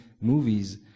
movies